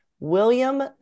William